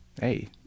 Hey